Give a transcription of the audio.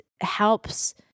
helps